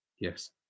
Yes